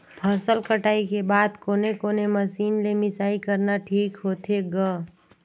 फसल कटाई के बाद कोने कोने मशीन ले मिसाई करना ठीक होथे ग?